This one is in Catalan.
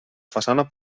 façana